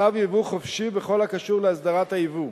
צו יבוא חופשי בכל הקשור להסדרת הייבוא,